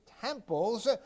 temples